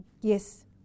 Yes